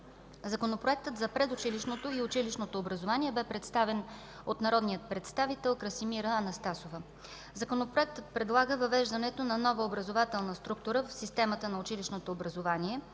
Законопроектът за предучилищното и училищното образование бе представен от народния представител Красимира Анастасова. Законопроектът предлага въвеждането на нова образователна структура в системата на училищното образование